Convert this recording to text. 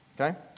Okay